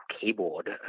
keyboard